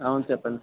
అవును చెప్పండి